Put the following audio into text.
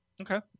okay